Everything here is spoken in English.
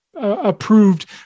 Approved